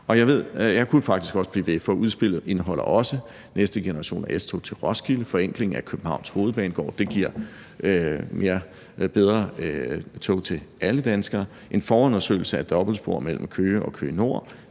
Jeg kunne faktisk blive ved, for udspillet indeholder også næste generation af S-tog til Roskilde, forenkling af Københavns Hovedbanegård, det giver bedre tog til alle danskere, en forundersøgelse af dobbeltspor mellem Køge og Køge Nord.